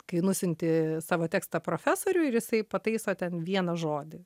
kai nusiunti savo tekstą profesoriui ir jisai pataiso ten vieną žodį